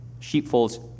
sheepfolds